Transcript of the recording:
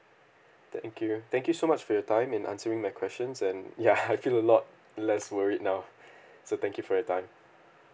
thank you thank you so much for your time in answering my questions and ya I feel a lot less worried now so thank you for your time